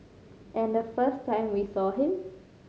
and the first time we saw him